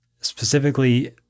specifically